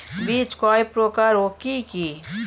বীজ কয় প্রকার ও কি কি?